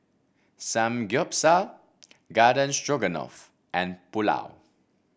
Samgyeopsal Garden Stroganoff and Pulao